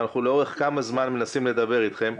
ולאורך כמה זמן אנחנו מנסים לדבר אתכם.